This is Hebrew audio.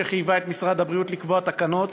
שחייבה את משרד הבריאות לקבוע תקנות.